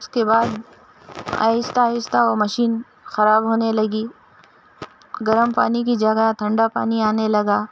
اُس کے بعد آہستہ آہستہ وہ مشین خراب ہونے لگی گرم پانی کی جگہ ٹھنڈا پانی آنے لگا